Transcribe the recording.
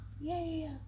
Yay